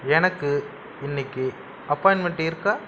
எனக்கு இன்னைக்கு அப்பாய்ண்ட்மெண்ட் இருக்கா